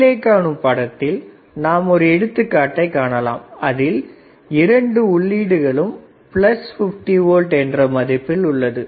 கீழே காணும் படத்தில் நாம் ஒரு எடுத்துக்காட்டை காணலாம் அதில் இரண்டு உள்ளீடுகளும் பிளஸ் 50V என்ற மதிப்பில் உள்ளது